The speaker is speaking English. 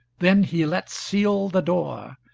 then he let seal the door,